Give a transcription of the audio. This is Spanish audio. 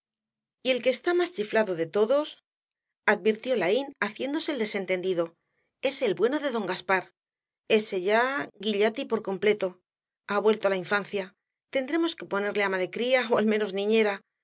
y el que está más chiflado de todos advirtió laín haciéndose el desentendido es el bueno de don gaspar ese ya guillati por completo ha vuelto á la infancia tendremos que ponerle ama de cría ó al menos niñera